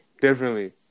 Differently